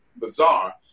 bizarre